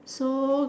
so